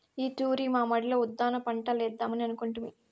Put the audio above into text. ఈ తూరి మా మడిలో ఉద్దాన పంటలేద్దామని అనుకొంటిమి